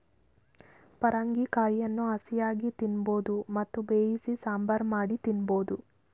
ಪರಂಗಿ ಕಾಯಿಯನ್ನು ಹಸಿಯಾಗಿ ತಿನ್ನಬೋದು ಮತ್ತು ಬೇಯಿಸಿ ಸಾಂಬಾರ್ ಮಾಡಿ ತಿನ್ನಬೋದು